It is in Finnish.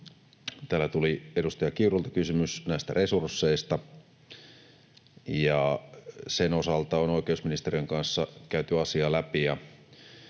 Täällä tuli edustaja Kiurulta kysymys näistä resursseista. Sen osalta on oikeusministe-riön kanssa käyty asiaa läpi,